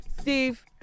Steve